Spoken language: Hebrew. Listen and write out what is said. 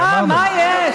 מה יש?